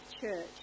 church